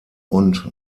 und